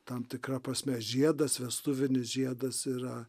tam tikra prasme žiedas vestuvinis žiedas yra